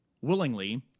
Willingly